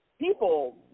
People